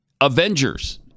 Avengers